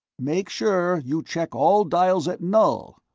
make sure you check all dials at null,